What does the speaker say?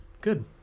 good